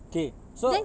okay so